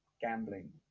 gambling